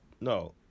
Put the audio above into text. No